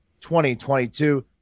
2022